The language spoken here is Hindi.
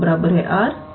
𝑟 1 है